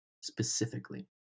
specifically